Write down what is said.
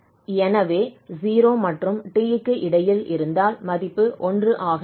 எனவே 0 மற்றும் t க்கு இடையில் இருந்தால் மதிப்பு 1 ஆக இருக்கும்